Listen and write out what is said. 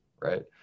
right